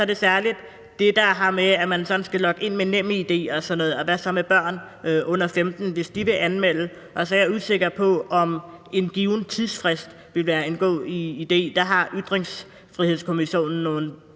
det, der handler om, at man skal logge ind med NemID og sådan noget. Hvad så med børn under 15 år, der vil anmelde? Jeg er også usikker på, om en given tidsfrist vil være en god idé.